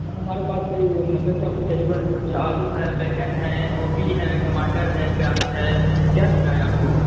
हमारे पास से ये मटर चाहिए आपको आलू है बैंगन है गोभी है टमाटर है प्याज है क्या लेना है आपको